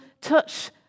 touch